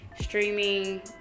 streaming